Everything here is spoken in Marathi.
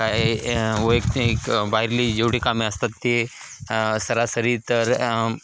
काय वैयक्तिक बाहेरली जेवढी कामे असतात ती सरासरी तर